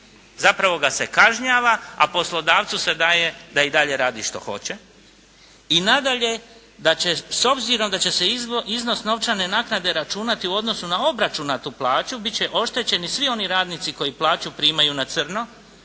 zapravo ga se kažnjava, a poslodavcu se daje da i dalje radi što hoće. I nadalje, da s obzirom da će se iznos novčane naknade računati u odnosu na obračunatu plaću, biti će oštećeni svi oni radnici koji plaću primaju na crno